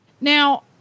Now